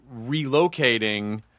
relocating